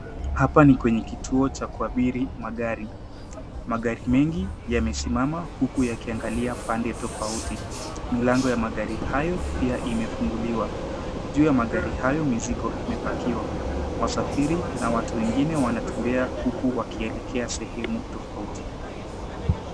Hapa ni kwenye kituo cha kuabiri magari. Magari mengi yamesimama huku yakiangalia pande tofauti. Milango ya magari hayo pia imefunguliwa. Juu ya magari hayo mizigo imepakiwa. Wasafiri na watu wengine wanatembea huku wakielekea sehemu tofauti.